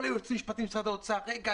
כל היועצים המשפטיים במשרד האוצר אמרו רגע,